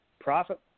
profit